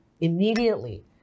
immediately